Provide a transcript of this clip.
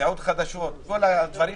סיעות חדשות וכו',